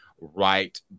right